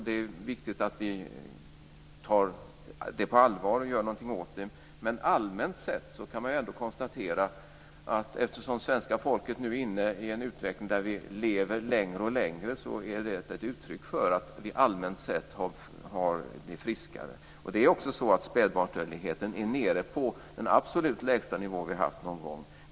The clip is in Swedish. Det är viktigt att vi tar det på allvar och gör någonting åt det. Men man kan ändå konstatera att det faktum att vi svenskar nu är inne i en utveckling där vi lever längre och längre är ett uttryck för att vi allmänt sett är friskare. Det är också så att spädbarnsdödligheten är lägre än den har varit någon gång.